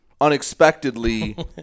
unexpectedly